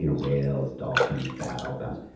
you know whales, dolphins, bat, all bounce.